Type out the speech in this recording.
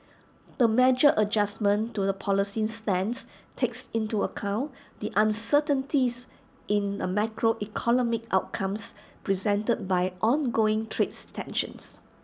the measured adjustment to the policy stance takes into account the uncertainties in macroeconomic outcomes presented by ongoing trades tensions